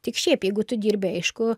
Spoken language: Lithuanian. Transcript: tik šiaip jeigu tu dirbi aišku